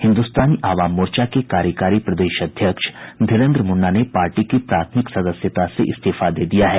हिन्दुस्तानी आवाम मोर्चा के कार्यकारी प्रदेश अध्यक्ष धीरेन्द्र मुन्ना ने पार्टी की प्राथमिक सदस्यता से इस्तीफा दे दिया है